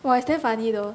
!wah! it's damn funny though